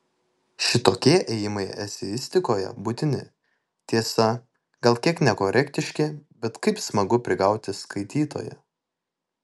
šitokie ėjimai eseistikoje būtini tiesa gal kiek nekorektiški bet kaip smagu prigauti skaitytoją